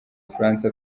bufaransa